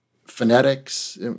Phonetics